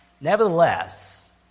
Nevertheless